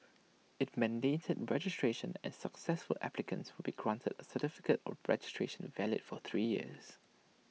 IT mandated registration and successful applicants would be granted A certificate of registration valid for three years